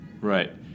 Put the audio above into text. Right